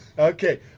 Okay